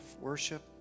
Worship